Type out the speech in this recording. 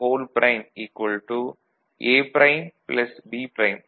B prime A prime plus B prime